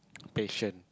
patient